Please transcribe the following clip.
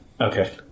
Okay